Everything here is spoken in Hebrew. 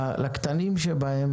הקטנים שבהם,